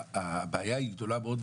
הבעיה היא גדולה מאוד,